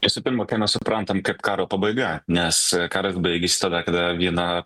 visų pirma ką mes suprantam kaip karo pabaiga nes karas baigiasi tada kada viena